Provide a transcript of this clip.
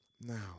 now